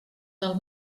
del